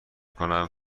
کنم